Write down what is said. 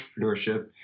entrepreneurship